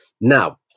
Now